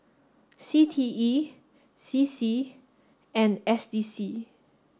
C T E C C and S D C